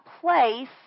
place